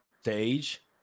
stage